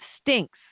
stinks